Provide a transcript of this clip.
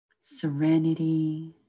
serenity